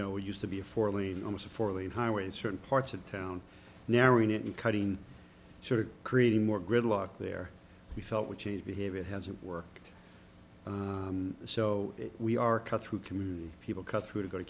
know used to be a four lane almost a four lane highway in certain parts of town now in it and cutting sort of creating more gridlock there we felt we changed behavior it hasn't worked so we are cut through community people come through to go to